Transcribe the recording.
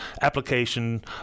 application